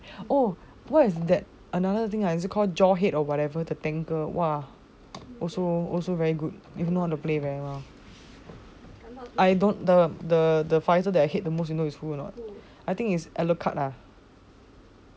oh what's that another thing ah is it called jaw head or whatever the tanker !wah! also also very good if know how to play very well I don't the the the fighter that I hate the most you know is who or not I think is alucard ah